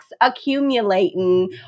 accumulating